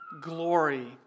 glory